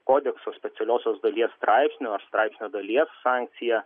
kodekso specialiosios dalies straipsnio straipsnio dalies sankciją